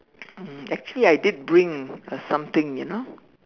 um actually I did bring a something you know